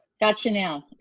gotcha now,